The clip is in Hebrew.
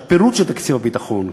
הפירוט של תקציב הביטחון,